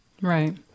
right